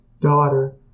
daughter